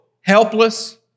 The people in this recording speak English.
helpless